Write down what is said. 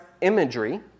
imagery